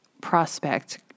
prospect